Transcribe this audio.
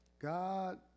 God